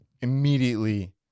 immediately